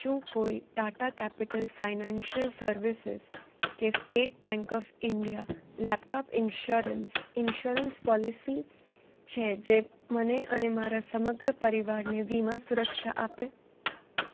શું કોઈ Tata Capital Financial Services કે State Bank of India laptop insurance insurance policy છે જે મને અને મારા સમગ્ર પરિવારને વીમા સુરક્ષા આપે